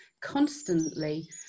constantly